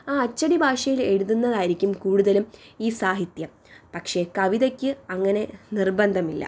ആ അച്ചടി ഭാഷയിൽ എഴുതുന്നതായിരിക്കും കൂടുതലും ഈ സാഹിത്യം പക്ഷേ കവിതയ്ക്ക് അങ്ങനെ നിർബന്ധമില്ല